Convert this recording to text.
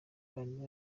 abantu